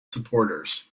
supporters